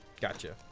Gotcha